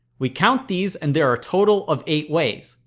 we count these and there are total of eight ways.